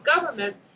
government